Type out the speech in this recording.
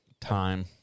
Time